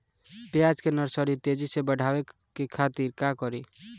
प्याज के नर्सरी तेजी से बढ़ावे के खातिर का करी?